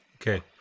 Okay